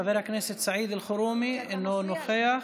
חבר הכנסת סעיד אלחרומי אינו נוכח.